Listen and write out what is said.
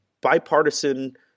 bipartisan